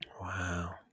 Wow